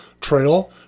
trail